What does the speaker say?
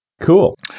Cool